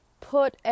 put